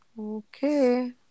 Okay